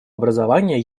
образование